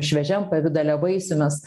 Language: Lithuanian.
šviežiam pavidale vaisių mes